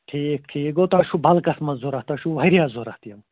ٹھیٖک ٹھیٖک گوٚو تۄہہِ چھُو بَلکَس منٛز ضروٗرت تۄہہِ چھُو واریاہ ضروٗرت یِم